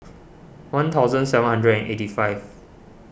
one thousand seven hundred and eighty five